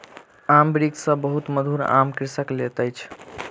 आमक वृक्ष सॅ बहुत मधुर आम कृषक लैत अछि